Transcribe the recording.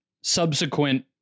subsequent